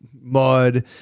mud